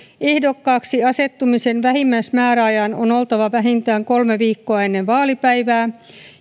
ehdokkaaksi asettumisen vähimmäismääräajan on oltava vähintään kolme viikkoa ennen vaalipäivää